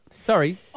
Sorry